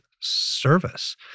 service